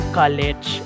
college